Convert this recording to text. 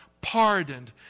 pardoned